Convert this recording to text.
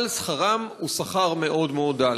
אבל שכרם הוא שכר מאוד מאוד דל.